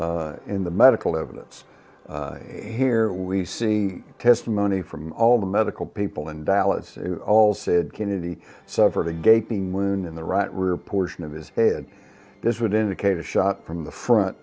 in the medical evidence here we see testimony from all the medical people in dallas all said kennedy suffered a gaping wound in the right rear portion of his head this would indicate a shot from the front